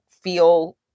feel